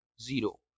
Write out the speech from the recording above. zero